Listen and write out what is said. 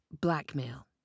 blackmail